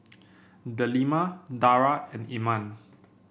Delima Dara and Iman